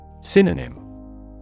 Synonym